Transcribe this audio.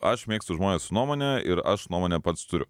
aš mėgstu žmones su nuomone ir aš nuomonę pats turiu